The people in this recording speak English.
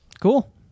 cool